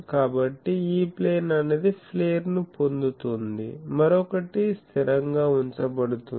కాబట్టి E plane అనేది ప్లేర్ ను పొందుతోంది మరొకటి స్థిరంగా ఉంచబడుతుంది